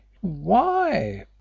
Why